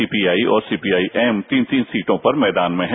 CPI और CPIM तीन तीन सीटों पर मैदान पर है